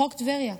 חוק טבריה.